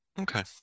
Okay